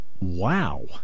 Wow